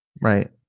Right